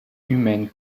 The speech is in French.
humaine